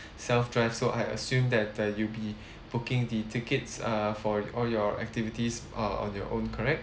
self-drive so I assume that uh you'll be booking the tickets uh for all your activities uh on your own correct